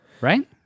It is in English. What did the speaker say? Right